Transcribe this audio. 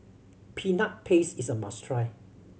Peanut Paste is a must try